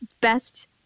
best